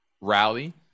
rally